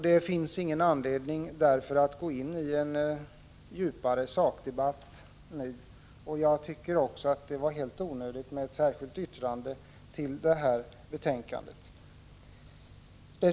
Det finns därför ingen anledning att nu gå in i en djupare sakdebatt. Jag tycker också att det var helt onödigt med ett särskilt yttrande till betänkandet.